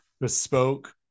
bespoke